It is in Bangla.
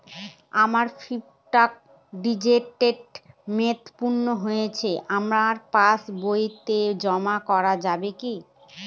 আমার ফিক্সট ডিপোজিটের মেয়াদ পূর্ণ হয়েছে আমার পাস বইতে জমা করা যাবে কি?